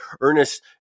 Ernest